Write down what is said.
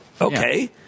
Okay